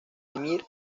emir